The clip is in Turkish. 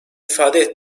ifade